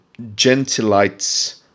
gentilites